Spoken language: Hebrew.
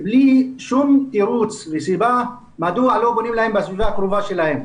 בלי שום תירוץ וסיבה מדוע לא בונים להם בסביבה הקרובה שלהם.